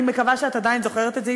אני מקווה שאת עדיין זוכרת את זה,